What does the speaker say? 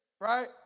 right